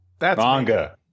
Manga